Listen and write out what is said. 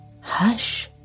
Hush